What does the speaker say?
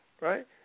right